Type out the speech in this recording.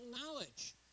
knowledge